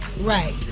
Right